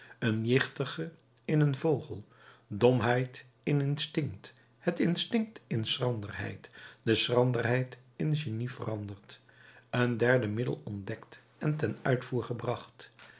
een jichtige in een vogel domheid in instinct het instinct in schranderheid de schranderheid in genie verandert een derde middel ontdekt en ten uitvoer gebracht